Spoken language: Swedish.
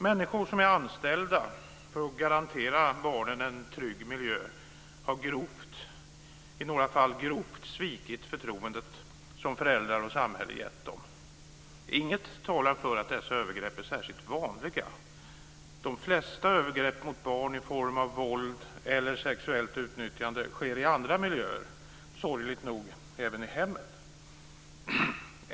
Människor som är anställda för att garantera barnen en trygg miljö har i några fall grovt svikit förtroendet som föräldrar och samhälle gett dem. Inget talar för att dessa övergrepp är särskilt vanliga. De flesta övergrepp mot barn i form av våld eller sexuellt utnyttjande sker i andra miljöer, sorgligt nog även i hemmet.